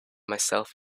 myself